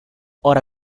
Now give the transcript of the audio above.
ora